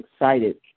excited